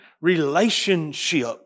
relationship